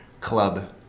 club